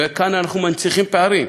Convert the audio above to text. כאן אנחנו מנציחים פערים.